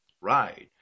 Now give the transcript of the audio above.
right